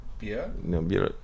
beer